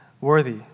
worthy